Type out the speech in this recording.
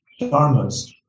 dharmas